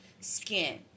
skin